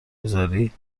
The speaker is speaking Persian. میذاری